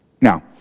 Now